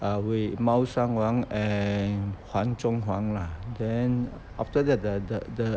猫山王 and 皇中皇 lah then after that the the the